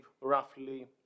roughly